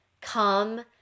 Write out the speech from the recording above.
come